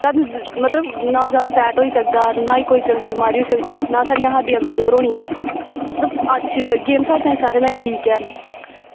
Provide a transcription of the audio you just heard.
मतलव नां जादा फैट होई सकदा नां ई कोई बमारी होई सकदी ना साढ़ियां हड्डियां कमजोर होनियां मतलव गेम साढ़े सारें तांई ठीक ऐ